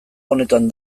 honetan